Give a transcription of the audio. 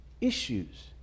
Issues